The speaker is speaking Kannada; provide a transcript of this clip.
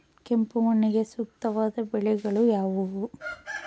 ಕೆಂಪು ಮಣ್ಣಿಗೆ ಸೂಕ್ತವಾದ ಬೆಳೆಗಳು ಯಾವುವು?